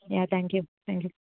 yeah thank you thank you